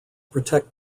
protect